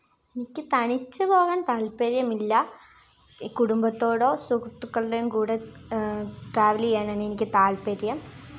നിനക്ക് തനിച്ച് പോകാൻ താല്പര്യമില്ല ഈ കുടുംബത്തോടോ സുഹൃത്തുകളുടെ കൂടെ ട്രാവല് ചെയ്യാനാണെനിക്ക് താല്പര്യം